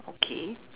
okay